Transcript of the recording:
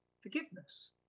forgiveness